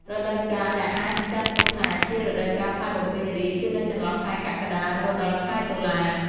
រដូវកាលដែលគេអាចចាត់ទុកថាជា រដូវកាលផ្លែបំពេញរាជ្យ គឺនៅចន្លោះខែ កក្កដា រហូតដល់ខែតុលា។